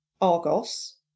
Argos